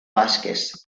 vásquez